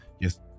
Yes